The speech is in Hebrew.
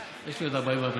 יש לי עוד 44 שניות.